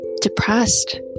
depressed